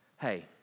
Hey